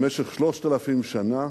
במשך 3,000 שנה